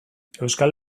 euskal